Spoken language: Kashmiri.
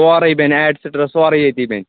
سورُے بنہِ ایٹسِٹرا سورُے ییٚتی بنہِ